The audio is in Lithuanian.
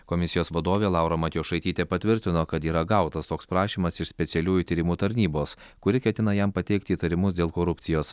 komisijos vadovė laura matjošaitytė patvirtino kad yra gautas toks prašymas iš specialiųjų tyrimų tarnybos kuri ketina jam pateikti įtarimus dėl korupcijos